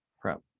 prep